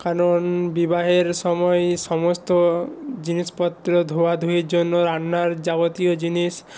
কারণ বিবাহের সময় সমস্ত জিনিসপত্র ধোয়াধুয়ির জন্য রান্নার যাবতীয় জিনিস